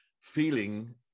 feeling